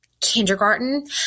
kindergarten